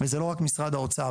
וזה לא רק משרד האוצר.